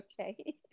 okay